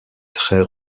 très